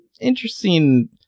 interesting